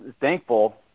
thankful